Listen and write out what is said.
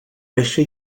reixa